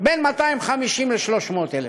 בין 250,000 ל-300,000.